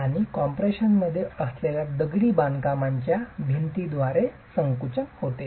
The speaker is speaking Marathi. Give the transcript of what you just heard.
आणि कॉम्प्रेशनमध्ये असलेल्या दगडी बांधकामाच्या भिंतीच्या भागाद्वारे संकुचन